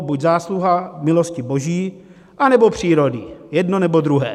Buď zásluha milosti Boží, anebo přírody, jedno, nebo druhé.